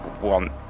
want